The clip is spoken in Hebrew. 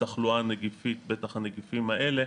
התחלואה הנגיפית, בטח הנגיפים האלה,